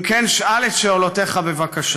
אם כן, שאל את שאלותיך בבקשה.